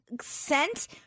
scent